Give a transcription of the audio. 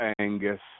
Angus